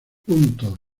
puntos